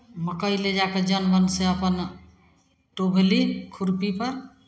मक्कइ लऽ जा कऽ जन बोनिसँ अपन टोभली खुरपीपर